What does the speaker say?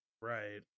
Right